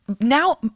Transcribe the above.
now